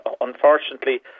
unfortunately